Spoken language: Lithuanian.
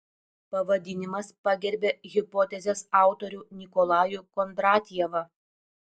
pavadinimas pagerbia hipotezės autorių nikolajų kondratjevą